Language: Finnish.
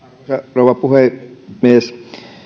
rouva puhemies